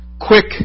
quick